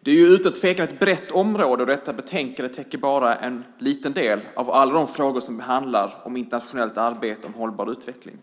Det är utan tvekan ett brett område, och detta betänkande täcker bara en liten del av alla de frågor som handlar om internationellt arbetet för hållbar utveckling.